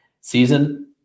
season